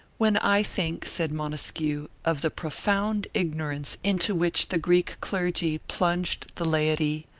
when i think, said montesquieu, of the profound ignorance into which the greek clergy plunged the laity,